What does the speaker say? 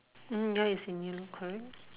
hmm that is in yellow correct